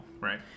Right